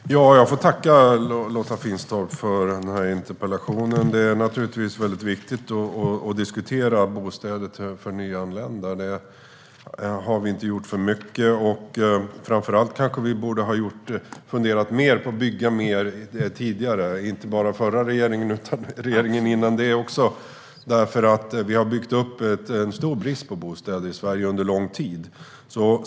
Fru talman! Jag får tacka Lotta Finstorp för interpellationen. Det är naturligtvis väldigt viktigt att diskutera bostäder för nyanlända. Det har vi inte gjort för mycket. Framför allt borde vi kanske tidigare ha funderat mer på att bygga mer. Det gäller inte bara den förra regeringen utan också regeringen innan den. Vi har byggt upp en stor brist på bostäder i Sverige under lång tid.